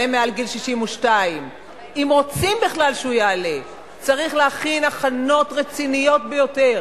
מעל גיל 62. אם רוצים בכלל שהוא יעלה צריך להכין הכנות רציניות ביותר